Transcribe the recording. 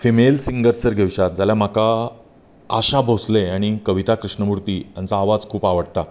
female singer जर घेवश्यात जाल्यार म्हाका आशा भोसले आनी कविता कृष्णमूर्ती हांचो आवाज खूब आवडटा